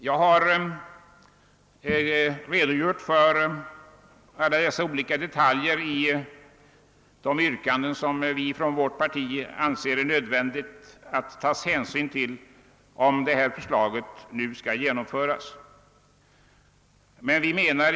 Jag har här redogjort för detaljerna i de yrkanden som vi från vårt parti har ställt och som vi anser nödvändigt att ta hänsyn till om det framlagda skatteförslaget skall genomföras.